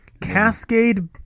Cascade